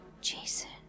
Jason